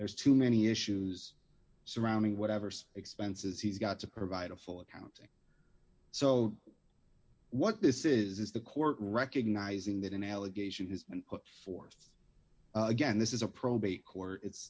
there's too many issues surrounding whatever's expenses he's got to provide a full accounting so what this is the court recognizing that an allegation has been put forth again this is a probate court it's